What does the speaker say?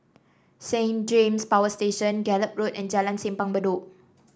Saint James Power Station Gallop Road and Jalan Simpang Bedok